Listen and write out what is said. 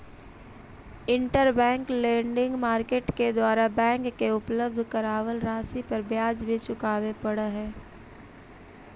interbank lending market के द्वारा bank के उपलब्ध करावल राशि पर ब्याज भी चुकावे पड़ऽ हइ